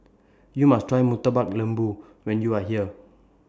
YOU must Try Murtabak Lembu when YOU Are here